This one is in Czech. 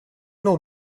mnou